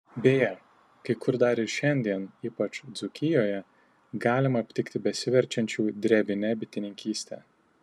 beje kai kur dar ir šiandien ypač dzūkijoje galima aptikti besiverčiančių drevine bitininkyste